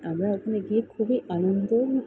আমরা ওখানে গিয়ে খুবই আনন্দ